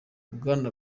bwana